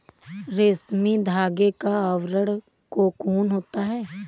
रेशमी धागे का आवरण कोकून होता है